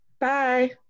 Bye